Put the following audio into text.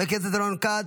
חבר הכנסת רון כץ,